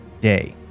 Day